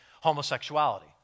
homosexuality